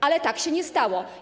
Ale tak się nie stało.